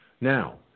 Now